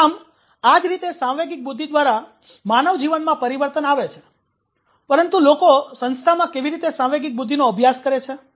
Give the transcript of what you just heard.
આમ આ જ રીતે સાંવેગિક બુદ્ધિ દ્વારા માનવ જીવનમાં પરિવર્તન આવે છે પરંતુ લોકો સંસ્થામાં કેવી રીતે સાંવેગિક બુદ્ધિનો અભ્યાસ કરે છે